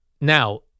Now